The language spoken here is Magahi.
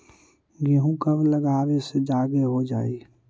गेहूं कब लगावे से आगे हो जाई?